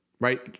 Right